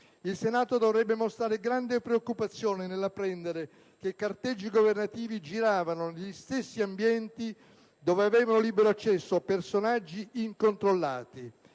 Il Senato dovrebbe mostrare grande preoccupazione nell'apprendere che carteggi governativi giravano negli stessi ambienti dove avevano libero accesso personaggi incontrollati.